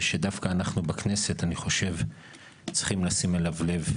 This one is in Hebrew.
שאני חושב שדווקא אנחנו בכנסת צריכים לשים אליו לב,